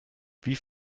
wie